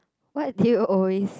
what do you always